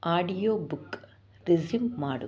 audio book resume ಮಾಡು